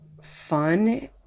fun